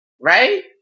right